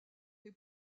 est